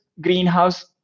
greenhouse